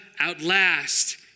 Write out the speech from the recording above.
outlast